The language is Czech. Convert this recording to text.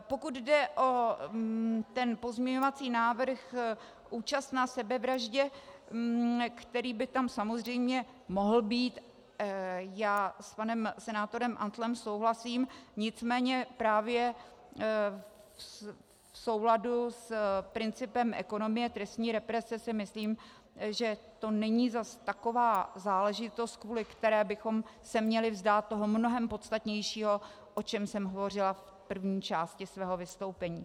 Pokud jde o ten pozměňovací návrh účast na sebevraždě, který by tam samozřejmě mohl být, já s panem senátorem Antlem souhlasím, nicméně právě v souladu s principem ekonomie trestní represe si myslím, že to není zas taková záležitost, kvůli které bychom se měli vzdát toho mnohem podstatnějšího, o čem jsem hovořila v první části svého vystoupení.